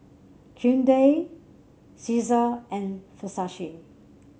Hyundai Cesar and Versace